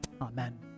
Amen